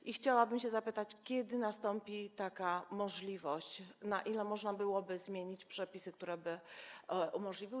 I chciałabym się zapytać, kiedy nastąpi taka możliwość, na ile można byłoby zmienić przepisy, które by to umożliwiły.